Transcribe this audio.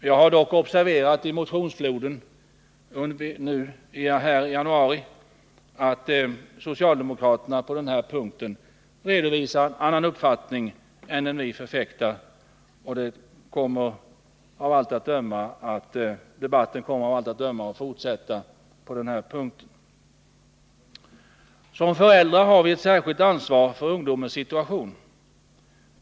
Jag har dock i motionsfloden nu i januari observerat att socialdemokraterna på denna punkt redovisar en annan uppfattning än den vi förfäktar, och debatten kommer av allt att döma att fortsätta. Som föräldrar har vi ett särskilt ansvar för ungdomens situation.